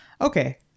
Okay